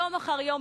יום אחר יום,